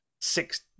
six